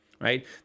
right